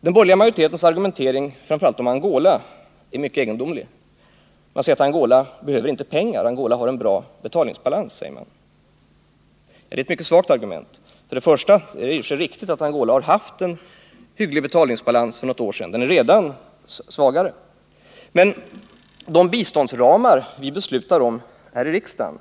Den borgerliga majoritetens argumentering, framför allt beträffande Angola, är mycket egendomlig. Man säger att Angola inte behöver pengar, Angola har en bra betalningsbalans. Det är ett mycket svagt argument. Visserligen är det i och för sig riktigt att Angola har haft en hygglig betalningsbalans för något år sedan, men den är redan svagare. Men de biståndsramar som vi beslutar om här i riksdagen